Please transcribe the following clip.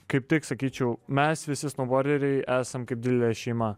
kaip tik sakyčiau mes visi snouborderiai esam kaip didelė šeima